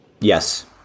yes